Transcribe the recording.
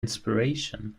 inspiration